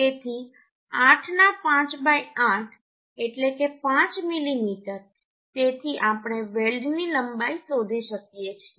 તેથી 8 ના 58 એટલે કે 5 મીમી તેથી આપણે વેલ્ડની લંબાઈ શોધી શકીએ છીએ